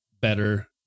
better